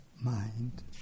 mind